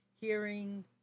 hearing